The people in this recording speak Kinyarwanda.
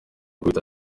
kuyita